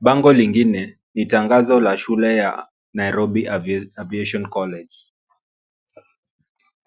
Bango lingine ni tangazo la shule ya Nairobi Aviation College.